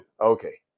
Okay